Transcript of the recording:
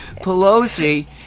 Pelosi